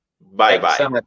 Bye-bye